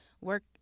work